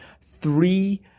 three